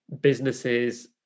businesses